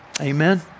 Amen